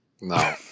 No